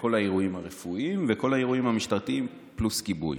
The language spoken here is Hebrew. וכל האירועים הרפואיים וכל האירועים המשטרתיים פלוס כיבוי.